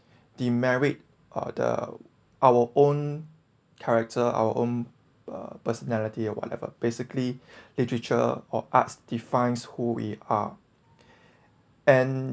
demerit uh the our own character our own uh personality or whatever basically literature or arts defines who we are and